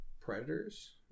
predators